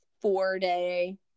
four-day